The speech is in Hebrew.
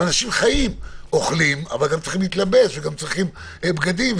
צריכים להתלבש ובגדים.